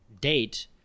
date